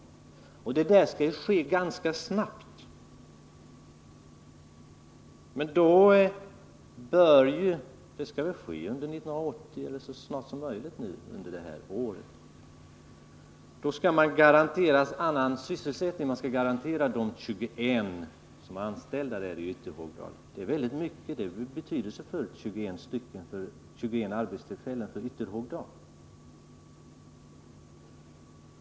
Det skall ske ganska snabbt — så snart som möjligt under 1980. Då skall man skaffa — enligt industriminis tern — annan sysselsättning för de 21 personer som är anställda i Ytterhogdal. Det är mycket betydelsefullt — 21 arbetstillfällen för Ytterhogdal.